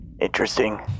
interesting